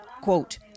quote